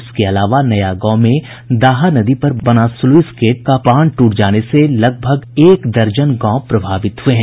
इसके अलावा नया गांव में दहा नदी पर बना स्लुईस पुल का बांध टूट जाने से लगभग एक दर्जन गांव प्रभावित हुये हैं